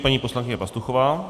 Paní poslankyně Pastuchová.